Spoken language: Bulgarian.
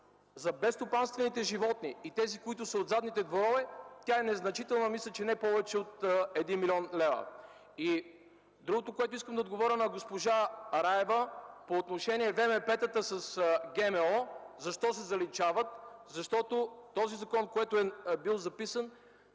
за безстопанствените животни и тези, които са от задните дворове, е незначителна, мисля, че не повече от 1 млн. лв. Искам да отговоря на госпожа Раева по отношение на ВМП-тата. Защо се заличават? Защото този закон е бил записан